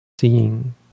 seeing